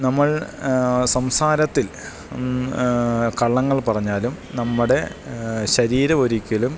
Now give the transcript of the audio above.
നമ്മൾ സംസാരത്തിൽ കള്ളങ്ങൾ പറഞ്ഞാലും നമ്മുടെ ശരീരമൊരിക്കലും